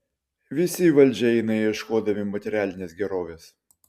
visi į valdžią eina ieškodami materialinės gerovės